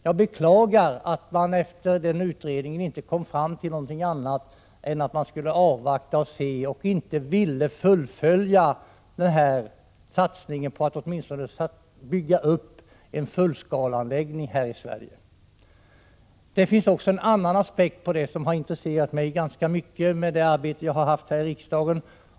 Jag beklagar att man efter den utredningen inte kom fram till något annat än att man skulle avvakta, att man inte ville fullfölja satsningen genom att åtminstone bygga upp en fullskaleanläggning i Sverige. En annan aspekt har också intresserat mig ganska mycket, med det arbete som jag haft här i riksdagen.